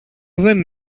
δεν